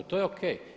To je ok.